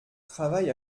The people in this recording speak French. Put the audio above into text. travail